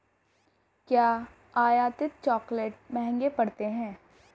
क्या आयातित चॉकलेट महंगे पड़ते हैं?